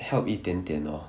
help 一点点 lor